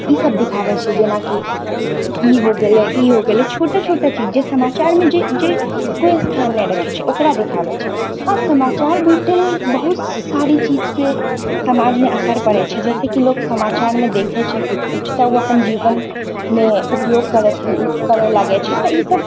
ई सभ दिखाबैत छै जेनाकि ई हो गेलय ई हो गेलय छोटा छोटा चीज जे समाचारमे जे जे कोइ स्थान नहि रखैत छै ओकरा दिखाबैत छै हँ समाचार भी टिल बहुत सारे चीजके समाजमे असर पड़ैत छै जाहिसँ कि लोक समाचारमे देखैत छै कुछ कुछ तब ओ अपन जीवनमे उपयोग करय करऽ लागैत छै तऽ ईसभ